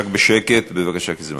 רק בשקט, בבקשה, כי זה מפריע.